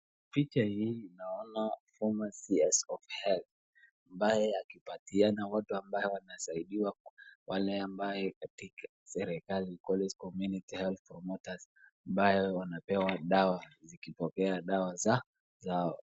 Picha hii naona kama CS of health ambaye akipatiana watu ambao wanasaidiwa wale ambaye katika serikali police community health promoters ambayo wanapewa dawa zikipokea dawa za zao.